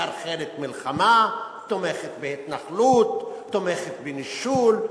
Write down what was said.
מחרחרת מלחמה, תומכת בהתנחלות, תומכת בנישול,